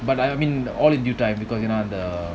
but I mean all in due time because you know the